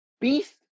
Beast